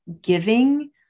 giving